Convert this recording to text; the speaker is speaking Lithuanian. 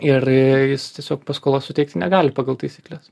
ir jis tiesiog paskolos suteikti negali pagal taisykles